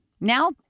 Now